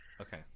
okay